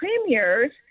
premiers